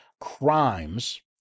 crimes